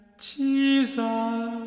Jesus